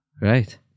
Right